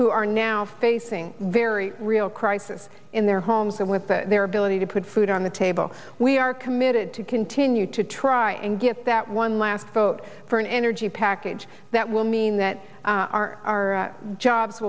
who are now facing very real crisis in their homes and with their ability to put food on the table we are committed to continue to try and get that one last vote for an energy package that will mean that our